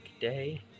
day